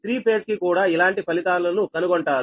three phase కి కూడా ఇలాంటి ఫలితాలను కనుగొంటారు